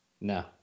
No